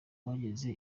bageze